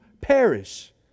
perish